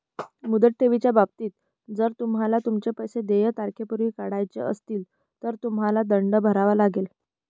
मुदत ठेवीच्या बाबतीत, जर तुम्हाला तुमचे पैसे देय तारखेपूर्वी काढायचे असतील, तर तुम्हाला दंड भरावा लागेल